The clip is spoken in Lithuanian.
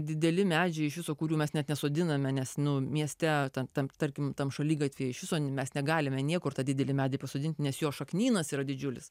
dideli medžiai iš viso kurių mes net nesodiname nes nu mieste tad tam tarkim tam šaligatvyje iš viso mes negalime niekur tą didelį medį pasodinti nes jo šaknynas yra didžiulis